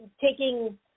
taking